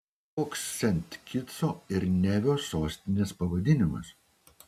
koks sent kitso ir nevio sostinės pavadinimas